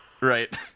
Right